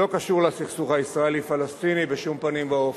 לא קשור לסכסוך הישראלי-פלסטיני בשום פנים ואופן.